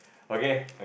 okay